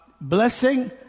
blessing